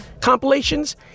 compilations